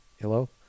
Hello